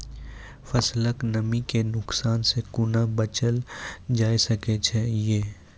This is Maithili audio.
फसलक नमी के नुकसान सॅ कुना बचैल जाय सकै ये?